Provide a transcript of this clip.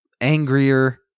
angrier